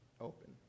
open